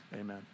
Amen